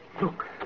Look